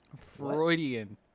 Freudian